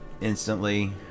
instantly